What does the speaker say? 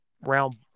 round